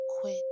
quit